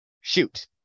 Shoot